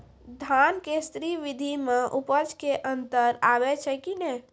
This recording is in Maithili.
धान के स्री विधि मे उपज मे अन्तर आबै छै कि नैय?